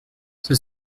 cela